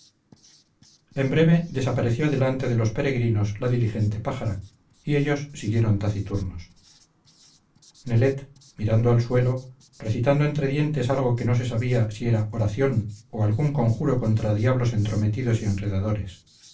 en breve desapareció delante de los peregrinos la diligente pájara y ellos siguieron taciturnos nelet mirando al suelo recitando entre dientes algo que no se sabía si era oración o algún conjuro contra diablos entrometidos y enredadores